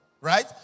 right